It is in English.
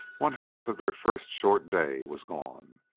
one half of their first short day was gone.